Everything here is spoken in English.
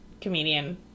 comedian